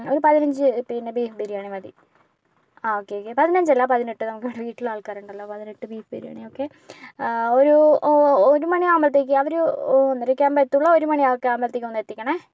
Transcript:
ഒരു പതിനഞ്ച് പിന്നെ ബീഫ് ബിരിയാണി മതി ആ ഒക്കെയോക്കെ പതിനഞ്ചല്ല പതിനെട്ട് നമുക്കിവിടെ വീട്ടിലാൾക്കാരുണ്ടല്ലോ പതിനെട്ട് ബീഫ് ബിരിയാണി ഓക്കേ ഒരു ഓ ഒരുമണിയാവുമ്പോത്തേക്കും അവര് ഒന്നരയൊക്കെ ആവുമ്പോഴേ എത്തുള്ളൂ ഒരുമണി ആവുമ്പോഴത്തേക്കൊന്ന് എത്തിക്കണേ